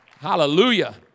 Hallelujah